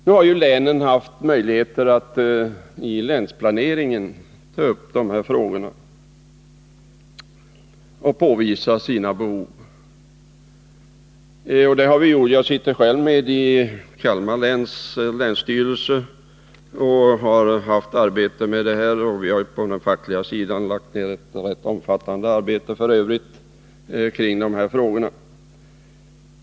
Nu har ju länen haft möjligheter att ta upp de här frågorna i länsplaneringen och påvisa sina behov. Jag sitter själv med i Kalmar läns länsstyrelse och har arbetat med detta. På den fackliga sidan har vi lagt ner ett rätt omfattande arbete på sådana här frågor.